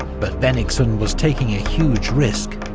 but bennigsen was taking a huge risk.